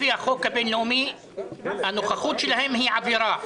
לפי החוק הבין-לאומי, הנוכחות שלהם היא עבירה.